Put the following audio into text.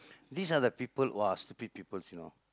these are the people !wah! stupid people you know